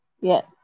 Yes